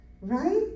right